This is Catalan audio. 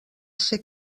ser